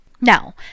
Now